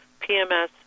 PMS